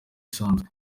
isanzwe